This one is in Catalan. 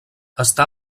està